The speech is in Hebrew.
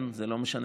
זה לא משנה,